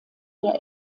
der